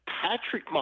Patrick